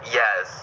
yes